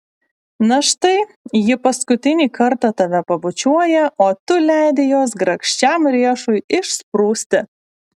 na štai ji paskutinį kartą tave pabučiuoja o tu leidi jos grakščiam riešui išsprūsti